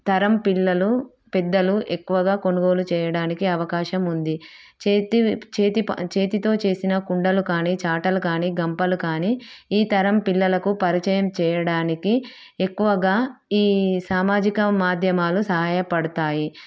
తరం పిల్లలు పెద్దలు ఎక్కువగా కొనుగోలు చేయడానికి అవకాశం ఉంది చేతి చేతి చేతితో చేసిన కుండలు కానీ చాటలు కానీ గంపలు కానీ ఈతరం పిల్లలకు పరిచయం చేయడానికి ఎక్కువగా ఈసామాజిక మాధ్యమాలు సహాయపడతాయి